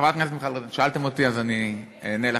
חברת הכנסת מיכל, שאלתם אותי אז אענה לכם.